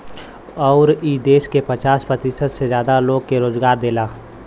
अउर ई देस के पचास प्रतिशत से जादा लोग के रोजगारो देला